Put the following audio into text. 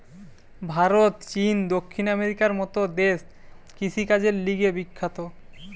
ভারত, চীন, দক্ষিণ আমেরিকার মত দেশ কৃষিকাজের লিগে বিখ্যাত